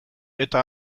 eta